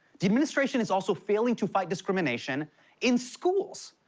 the administration is also failing to fight discrimination in schools,